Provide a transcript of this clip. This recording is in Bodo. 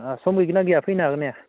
अह सम गैगोना गैया फैनो हागोन ना हाया